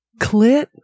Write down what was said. clit